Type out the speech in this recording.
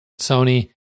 Sony